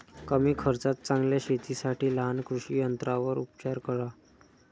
कमी खर्चात चांगल्या शेतीसाठी लहान कृषी यंत्रांवर उपचार करा